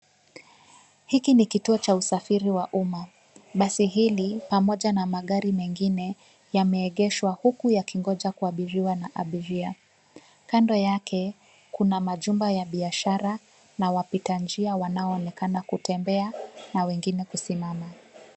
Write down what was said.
Hiki ni kituo cha usafiri wa umma. Basi hili pamoja na magari mengine yameegeshwa huku yakingoja kuabiriwa na abiria. Kando yake, kuna majumba ya biashara na wapita njia wanaoonekana kutembea na wengine kusimama.